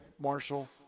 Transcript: Marshall